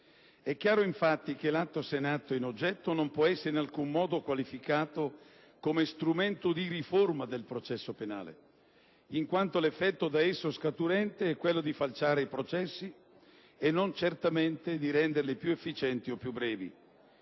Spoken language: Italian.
È chiaro, infatti, che il provvedimento in oggetto non può essere in alcun modo qualificato come strumento di riforma del processo penale, in quanto l'effetto da esso scaturente è quello di falciare i processi e non certamente di renderli più efficienti o più brevi.